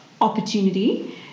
opportunity